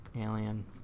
Alien